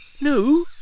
No